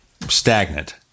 stagnant